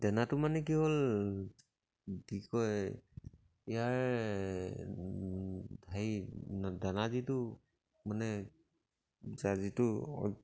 দেনাটো মানে কি হ'ল কি কয় ইয়াৰ হেৰি দানা যিটো মানে যিটো